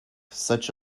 such